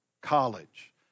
College